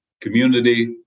community